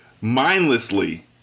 mindlessly